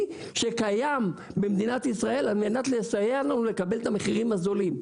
שקיים במדינת ישראל על מנת לסייע לנו לקבל את המחירים הזולים.